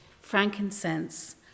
frankincense